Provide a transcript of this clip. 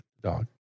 dog